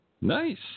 Nice